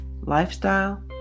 lifestyle